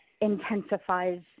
intensifies